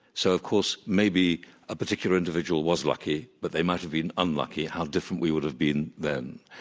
so, of course, maybe a particular individual was lucky, but they might have been unlucky. how different we would have been then.